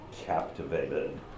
captivated